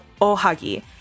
Ohagi